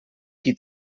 qui